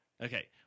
Okay